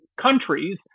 countries